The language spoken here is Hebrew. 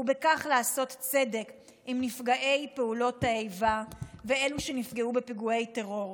ובכך לעשות צדק עם נפגעי פעולות האיבה ואלו שנפגעו בפיגועי טרור,